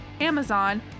Amazon